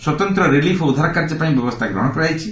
ସ୍ୱତନ୍ତ ରିଲିଫ ଓ ଉଦ୍ଧାର କାର୍ଯ୍ୟ ପାଇଁ ବ୍ୟବସ୍ଥା ଗ୍ରହଣ କରାଯାଇଛି